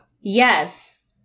Yes